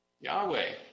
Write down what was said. Yahweh